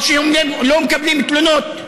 או שהם לא מקבלים תלונות.